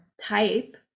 type